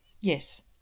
Yes